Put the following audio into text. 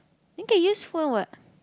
then can use phone what